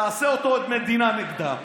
תעשה אותו עד מדינה נגדם,